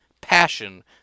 passion